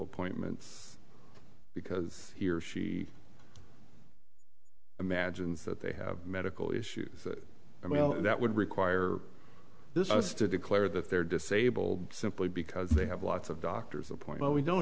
appointments because he or she imagines that they have medical issues i mean that would require this us to declare that they're disabled simply because they have lots of doctor's appointment we don't